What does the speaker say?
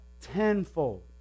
tenfold